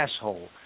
asshole